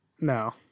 No